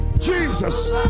jesus